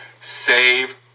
save